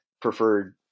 preferred